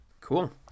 cool